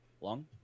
long